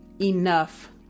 enough